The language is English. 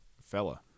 fella